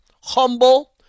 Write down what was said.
Humble